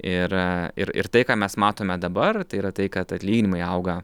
ir ir ir tai ką mes matome dabar tai yra tai kad atlyginimai auga